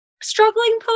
struggling